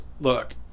look